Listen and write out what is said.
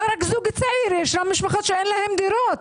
לא רק זוג צעיר, ישנן משפחות שאין להן דירות,